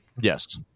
Yes